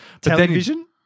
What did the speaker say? television